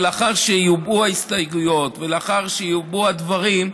לאחר שיובעו ההסתייגויות ולאחר שיובעו הדברים,